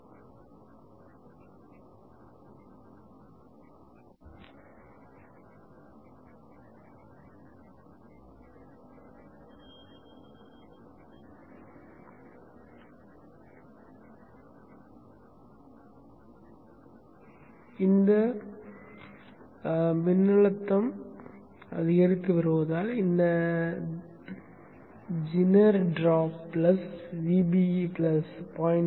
இந்த பொடென்ஷியல் அதிகரித்து வருவதால் இந்த ஜெனர் டிராப் பிளஸ் Vbe 0